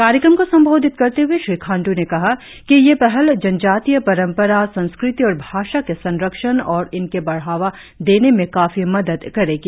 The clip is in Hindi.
कार्यक्रम को संबोधित करते हए श्री खांडू ने कहा कि यह पहल जनजातीय परंपरा संस्कृति और भाषा के संरक्षण और इन्हें बढ़ावा देने में काफी मदद करेगी